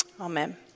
Amen